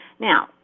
Now